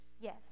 yes